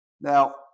Now